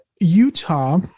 Utah